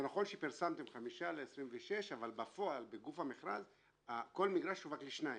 זה נכון שפרסמתם חמישה ל-26 אבל בפועל בגוף המכרז כל מגרש שווק לשניים,